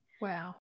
Wow